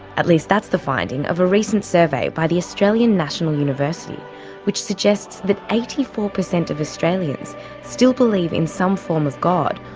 at least that's the finding of a recent survey by the australian national university which suggests that eighty four percent of australians still believe in some form of god,